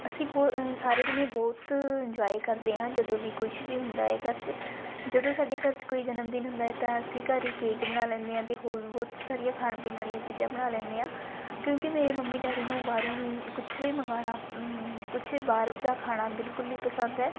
ਅਸੀਂ ਕੋ ਸਾਰੇ ਜਣੇ ਬਹੁਤ ਇੰਜੋਏ ਕਰਦੇ ਹਾਂ ਜਦੋਂ ਵੀ ਕੋਈ ਕੁਝ ਵੀ ਹੁੰਦਾ ਏ ਘਰ 'ਚ ਜਦੋਂ ਸਾਡੇ ਘਰ 'ਚ ਕੋਈ ਜਨਮਦਿਨ ਹੁੰਦਾ ਹੈ ਤਾਂ ਅਸੀਂ ਘਰ ਹੀ ਕੇਕ ਬਣਾ ਲੈਂਦੇ ਹਾਂ ਅਤੇ ਹੋਰ ਬਹੁਤ ਸਾਰੀਆਂ ਖਾਣ ਪੀਣ ਵਾਲੀਆਂ ਚੀਜ਼ਾਂ ਬਣਾ ਲੈਂਦੇ ਹਾਂ ਕਿਉਂਕਿ ਮੇਰੇ ਮੰਮੀ ਡੈਡੀ ਨੂੰ ਬਾਹਰੋਂ ਨਹੀਂ ਕੁਝ ਵੀ ਮੰਗਾਉਣਾ ਕੁਝ ਬਾਹਰ ਦਾ ਖਾਣਾ ਬਿਲਕੁਲ ਨਹੀਂ ਪਸੰਦ ਹੈ